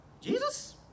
Jesus